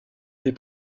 des